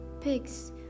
pigs